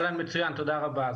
מצוין, תודה רבה.